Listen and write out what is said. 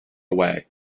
away